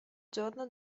giorno